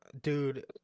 Dude